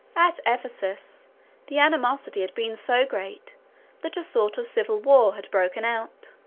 at ephesus the animosity had been so great that a sort of civil war had broken out.